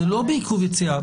זה לא בעיכוב יציאה.